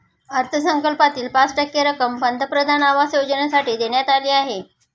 अर्थसंकल्पातील पाच टक्के रक्कम पंतप्रधान आवास योजनेसाठी देण्यात आली आहे